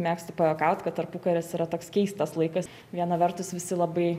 mėgstu pajuokaut kad tarpukaris yra toks keistas laikas viena vertus visi labai